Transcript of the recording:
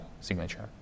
signature